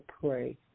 pray